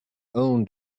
own